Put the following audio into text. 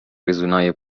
ریزونای